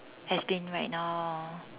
has been right now